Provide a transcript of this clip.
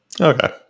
Okay